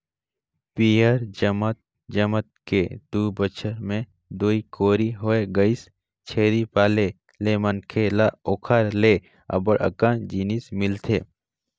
पियंर जमत जमत के दू बच्छर में दूई कोरी होय गइसे, छेरी पाले ले मनखे ल ओखर ले अब्ब्ड़ अकन जिनिस मिलथे